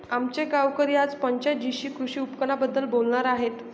आमचे गावकरी आज पंचायत जीशी कृषी उपकरणांबद्दल बोलणार आहेत